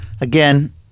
again